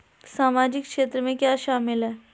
सामाजिक क्षेत्र में क्या शामिल है?